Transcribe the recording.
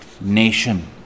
nation